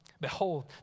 Behold